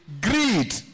greed